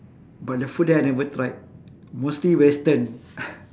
but the food there I never tried mostly western